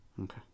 Okay